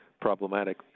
problematic